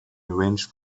arrange